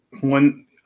one